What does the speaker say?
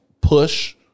push